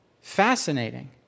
Fascinating